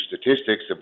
statistics